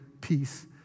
peace